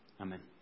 Amen